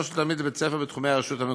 של תלמיד לבית-הספר בתחומי הרשות המקומית.